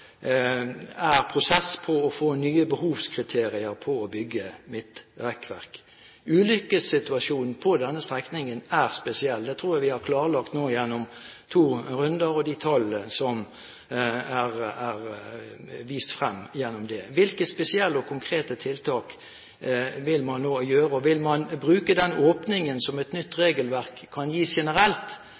prosess for å få nye behovskriterier for å bygge midtrekkverk. Ulykkessituasjonen på denne strekningen er spesiell. Det tror jeg vi har klarlagt nå gjennom to runder, og de tallene som er vist frem gjennom dem. Hvilke spesielle og konkrete tiltak vil man nå gjøre? Vil man bruke den åpningen, som et nytt regelverk kan gi generelt,